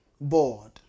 bored